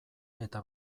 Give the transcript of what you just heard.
eta